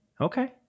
okay